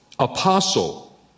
Apostle